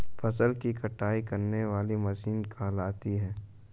फसल की कटाई करने वाली मशीन कहलाती है?